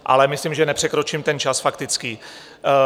Ale myslím, že nepřekročím ten čas faktických.